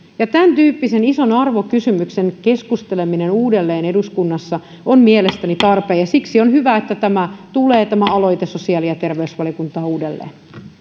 tämäntyyppisestä isosta arvokysymyksestä keskusteleminen uudelleen eduskunnassa on mielestäni tarpeen siksi on hyvä että tämä aloite tulee sosiaali ja terveysvaliokuntaan uudelleen